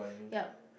yup